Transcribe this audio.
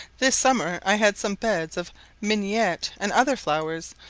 this summer i had some beds of mignionette and other flowers,